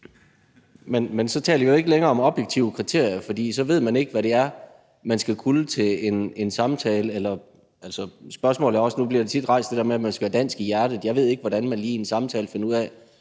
Men så taler vi jo ikke længere om objektive kriterier, for så ved man ikke, hvad det er, man skal kunne til en samtale. Nu bliver der tit rejst det der med, at man skal være dansk i hjertet, og jeg ved ikke, hvordan man lige under en samtale finder ud af,